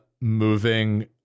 moving